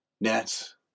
Nets